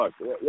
look